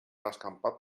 escampat